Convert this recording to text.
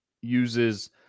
uses